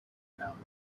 fountain